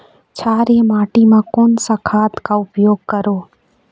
क्षारीय माटी मा कोन सा खाद का उपयोग करों?